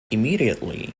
immediately